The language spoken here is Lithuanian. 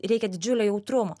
reikia didžiulio jautrumo